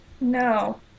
no